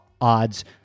odds